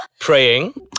Praying